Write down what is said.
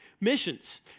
Missions